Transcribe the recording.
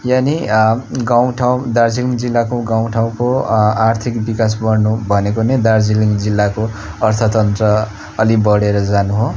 यानि गाउँ ठाउँ दार्जिलिङ जिल्लाको गाउँ ठाउँको आर्थिक विकास गर्नु भनेको नै दार्जिलिङ जिल्लाको अर्थतन्त्र अलिक बडेर जानु हो